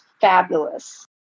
fabulous